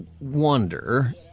wonder